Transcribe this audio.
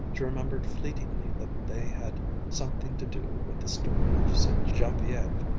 she remembered fleetingly that they had something to do with the story of ste. genevieve.